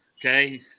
Okay